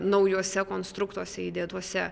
naujuose konstruktuose įdėtuose